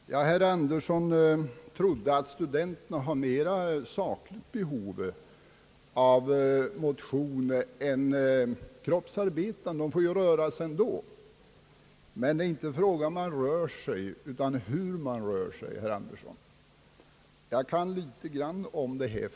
Herr talman! Herr Andersson trodde att studenterna har mera behov av motion än kroppsarbetarna, ty dessa får ju röra sig ändå. Men det är inte fråga om att man rör sig, utan om hur man rör sig, herr Andersson. Jag kan faktiskt litet grand om det här.